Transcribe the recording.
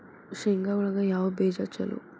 ಶೇಂಗಾ ಒಳಗ ಯಾವ ಬೇಜ ಛಲೋ?